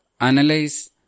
analyze